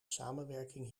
samenwerking